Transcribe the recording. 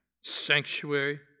Sanctuary